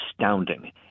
astounding